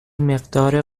مقدار